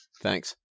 Thanks